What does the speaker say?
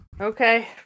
okay